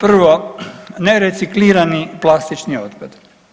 Prvo nereciklirani plastični otpad.